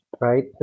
right